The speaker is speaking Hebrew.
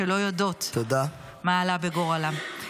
שלא יודעות מה עלה בגורלם.